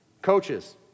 Coaches